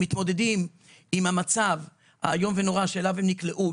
והם מתמודדים עם המצב האיום ונורא שאליו הם נקלעו,